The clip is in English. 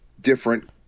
different